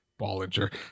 Bollinger